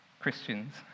Christians